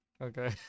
Okay